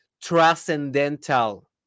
transcendental